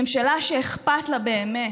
ממשלה שאכפת לה באמת